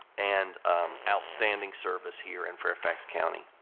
and outstanding service here in fairfax county.